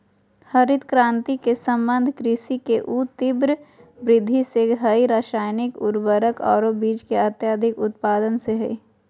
हरित क्रांति के संबंध कृषि के ऊ तिब्र वृद्धि से हई रासायनिक उर्वरक आरो बीज के अत्यधिक उत्पादन से हई